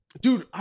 Dude